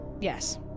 Yes